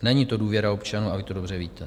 Není to důvěra občanů a vy to dobře víte.